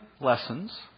lessons